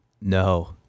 no